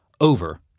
over